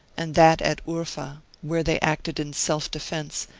and that at urfa, where they acted in self-defence,